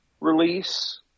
release